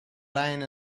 line